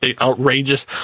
outrageous